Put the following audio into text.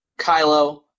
Kylo